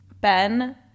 Ben